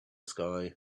sky